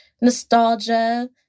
nostalgia